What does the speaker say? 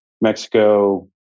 Mexico